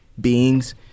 beings